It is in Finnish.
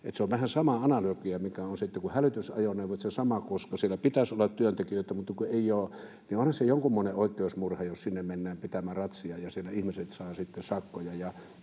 Se on vähän sama analogia, mikä on sitten, kun on hälytysajoneuvot, koska siellä pitäisi olla työntekijöitä, mutta kun ei ole. Onhan se jonkunmoinen oikeusmurha, jos sinne mennään pitämään ratsiaa ja siellä ihmiset saavat sitten sakkoja